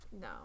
No